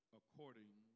according